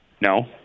No